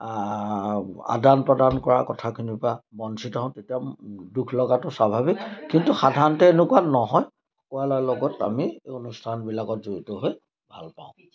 আদান প্ৰদান কৰা কথাখিনি বা বঞ্চিত হওঁ তেতিয়া দুখ লগাটো স্বাভাৱিক কিন্তু সাধাৰণতে এনেকুৱা নহয় লগত আমি এই অনুষ্ঠানবিলাকত জড়িত হৈ ভাল পাওঁ